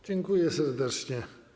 Dziękuję serdecznie.